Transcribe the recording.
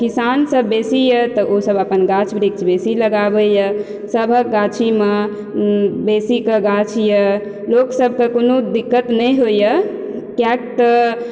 किसान सब बेसी यऽ तऽ ओ सब अपन गाछ वृक्ष बेसी लगाबैया सबहक गाछीमे बेसी कऽ गाछ यऽ लोक सबके कोनो दिक्कत नहि होइया किएक तऽ